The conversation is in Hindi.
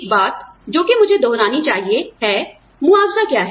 एक बात जोकि मुझे दोहरानी चाहिए है मुआवजा क्या है